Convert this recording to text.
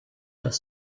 das